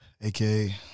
aka